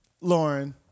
Lauren